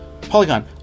Polygon